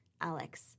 Alex